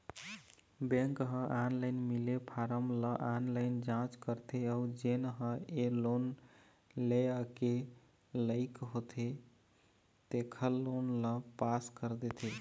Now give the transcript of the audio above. bank ह online मिले form ल ऑनलाईन जाँच करथे अउ जेन ह ए लोन लेय के लइक होथे तेखर लोन ल पास कर देथे